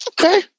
Okay